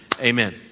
amen